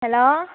hello